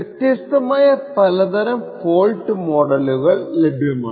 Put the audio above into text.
വ്യത്യസ്തമായ പലതരം ഫോൾട്ട് മോഡലുകൾ ലഭ്യമാണ്